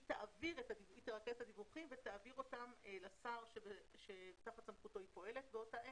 היא תרכז את הדיווחים ותעביר אותם לשר שתחת סמכותו היא פועלת באותה עת.